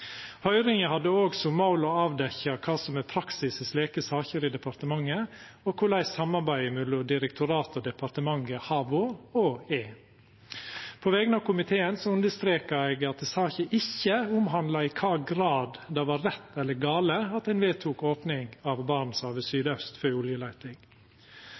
Høyringa hadde òg som mål å avdekkja kva som er praksis i slike saker i departementet og korleis samarbeidet mellom direktoratet og departementet har vore og er. På vegner av komiteen understrekar eg at saka ikkje omhandlar i kva grad det var rett eller gale at ein vedtok opning av Barentshavet søraust for oljeleiting.